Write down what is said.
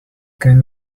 can